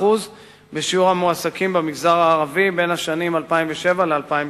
בשיעור המועסקים במגזר הערבי בין 2007 ל-2008.